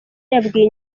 yabwiye